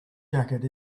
jacket